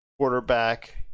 quarterback